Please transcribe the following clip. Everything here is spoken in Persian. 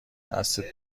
دستت